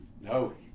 No